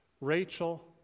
Rachel